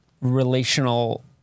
relational